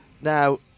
Now